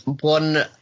One